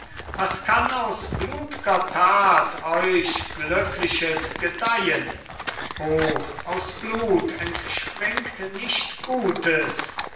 was kann aus blutger tat euch glückliches gedeihen o aus blut entspringt nichts gutes